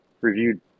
reviewed